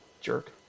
Jerk